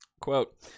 Quote